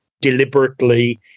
deliberately